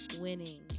winning